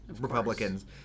Republicans